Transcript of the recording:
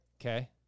Okay